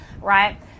right